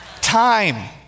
Time